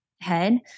head